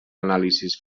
anàlisis